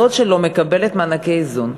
זאת שלא מקבלת מענקי איזון.